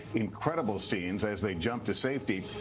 incredible scenes as they jump to safety.